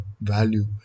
value